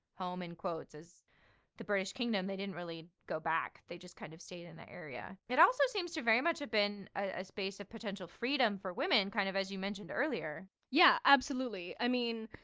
home in quotes as the british kingdom. they didn't really go back they just kind of stayed in the area it also seems to very much have been a space of potential freedom for women. kind of, as you mentioned earlier yeah, absolutely. i mean,